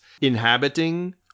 inhabiting